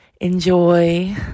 enjoy